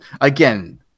again